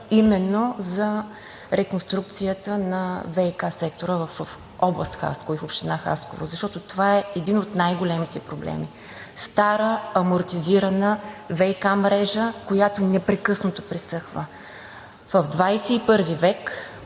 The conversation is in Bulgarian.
именно за реконструкцията на ВиК сектора в област Хасково и в община Хасково, защото това е един от най-големите проблеми – стара, амортизирана ВиК мрежа, която непрекъснато пресъхва. В XXI век